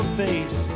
face